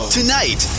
Tonight